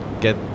get